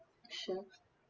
sure